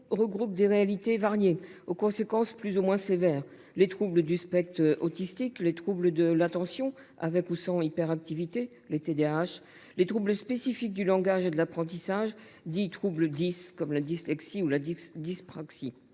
regroupent des réalités variées, aux conséquences plus ou moins sévères : troubles du spectre de l’autisme (TSA), troubles du déficit de l’attention avec ou sans hyperactivité (TDAH), troubles spécifiques du langage et des apprentissages (TSLA), dits troubles dys, comme la dyslexie ou la dyspraxie.